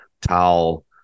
towel